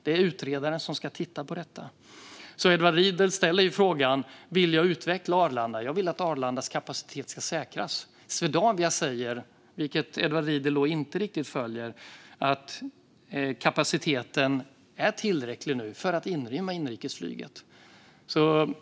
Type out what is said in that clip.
Det är utredaren som ska titta på detta. Edward Riedl ställer frågan om jag vill utveckla Arlanda. Jag vill att Arlandas kapacitet ska säkras. Swedavia säger, vilket Edward Riedl inte riktigt följer, att kapaciteten nu är tillräcklig för att inrymma inrikesflyget.